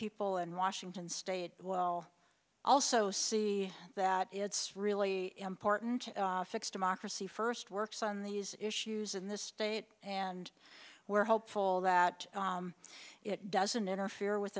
people in washington state will also see that it's really important to fix democracy first works on these issues in the state and we're hopeful that it doesn't interfere with